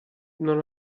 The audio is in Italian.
non